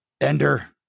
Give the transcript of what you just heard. Ender